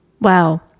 Wow